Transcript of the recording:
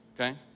okay